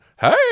Hey